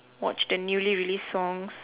watch the newly released songs